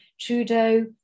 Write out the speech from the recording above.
Trudeau